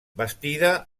bastida